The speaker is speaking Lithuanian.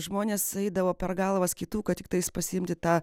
žmonės eidavo per galvas kitų kad tiktais pasiimti tą